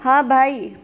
હા ભાઈ